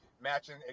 matching